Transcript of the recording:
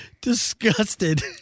disgusted